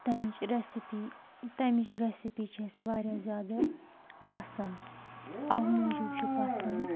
تَمِچ رٮ۪سِپی تَمِچ رٮ۪سِپی چھِ اَسہِ واریاہ زیادٕ پَسَنٛد اَوٕ موٗجوٗب چھِ پَسَنٛد